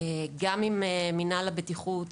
גם עם מינהל הבטיחות,